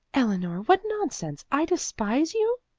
eleanor, what nonsense! i despise you?